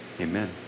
Amen